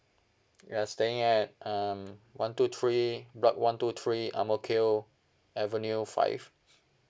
we're staying at um one two three block one two three ang mo kio avenue five